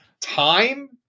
time